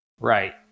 Right